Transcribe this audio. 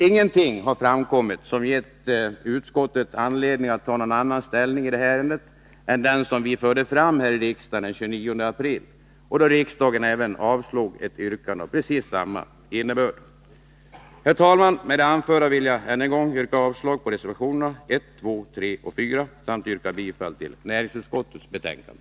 Ingenting har framkommit som gett utskottet anledning att ta någon annan ställning i detta ärende än den som vi förde fram häri riksdagen den 29 april, då riksdagen avslog ett yrkande av precis samma innebörd. Herr talman! Med det anförda vill jag än en gång yrka avslag på reservationerna 1, 2, 3 och 4 samt bifall till näringsutskottets hemställan.